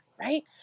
right